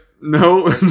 no